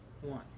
One